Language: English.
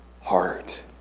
heart